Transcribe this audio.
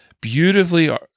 beautifully